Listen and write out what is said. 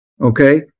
Okay